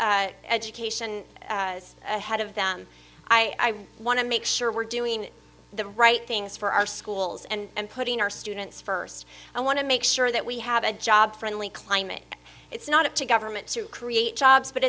whole education ahead of them i want to make sure we're doing the right things for our schools and putting our students first i want to make sure that we have a job friendly climate it's not up to government to create jobs but